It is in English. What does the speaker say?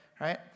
right